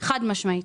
חד משמעית".